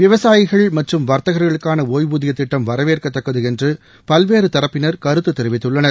விவசாயிகள் மற்றும் வர்த்தகர்களுக்கானஓய்வூதியத் திட்டம் வரவேற்கத்தக்கதுஎன்றுபல்வேறுதரப்பினர் கருத்துதெரிவித்துள்ளனர்